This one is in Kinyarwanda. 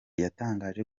yatangaje